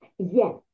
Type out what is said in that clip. Yes